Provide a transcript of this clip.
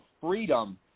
freedom